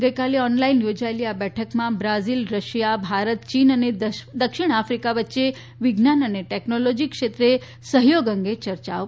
ગઇકાલે ઓનલાઇન યોજાયેલી આ બેઠકમાં બ્રાઝીલ રશિયા ભારત ચીન અને દક્ષિણ આફિકા વચ્ચે વિજ્ઞાન અને ટેકનોલોજી ક્ષેત્રે સહયોગ અંગે ચર્ચાઓ કરાઇ હતી